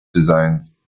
designs